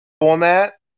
format